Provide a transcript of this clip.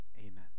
amen